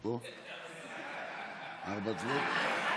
התשפ"ב 2022,